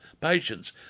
patients